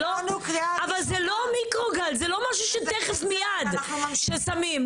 אבל זה לא מיקרוגל, זה לא משהו שתכף מיד ששמים.